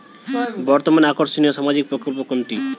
বর্তমানে আকর্ষনিয় সামাজিক প্রকল্প কোনটি?